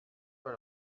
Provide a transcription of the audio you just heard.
pas